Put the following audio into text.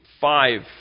five